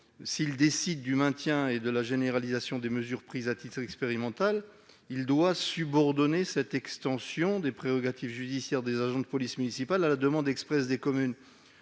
s'il décide du maintien et de la généralisation des mesures prises à titre expérimental, doit subordonner cette extension des prérogatives judiciaires des agents de police municipale à la demande expresse des communes.